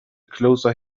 closer